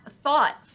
thought